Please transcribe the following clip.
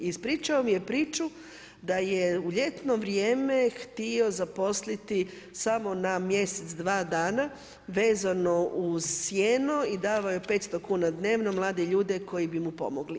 I ispričao mi je priču da je u ljetno vrijeme htio zaposliti samo na mjesec-dva dana vezano uz sijeno i davao je 500 kuna dnevno mlade ljude koji bi mu pomogli.